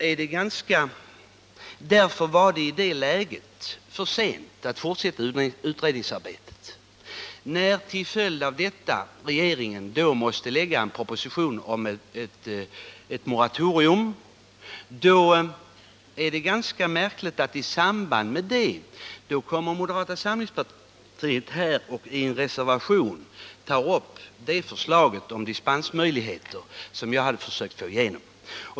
I det läget var det för sent att fortsätta utredningsarbetet. Till följd därav måste regeringen framlägga en proposition om ett moratorium. Då är det ganska märkligt att moderata samlingspartiet här i en reservation tar upp förslaget om dispensmöjligheter, som jag hade försökt få igenom.